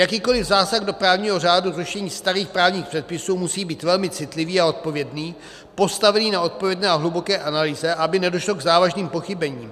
Jakýkoli zásah do právního řádu, zrušení starých právních předpisů, musí být velmi citlivý a odpovědný, postavený na odpovědné a hluboké analýze, aby nedošlo k závažným pochybením.